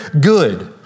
good